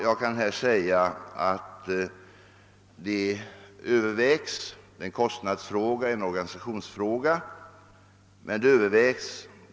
Det är en kostnadsfråga och en organisationsfråga.